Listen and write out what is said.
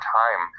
time